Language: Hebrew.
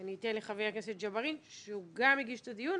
אני אתן לחבר הכנסת ג'בארין שהוא גם הגיש את הדיון